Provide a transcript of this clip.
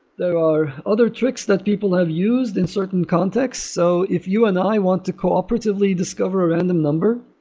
there are other tricks that people have used in certain context. so if you and i want to cooperatively discover a random number,